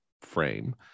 frame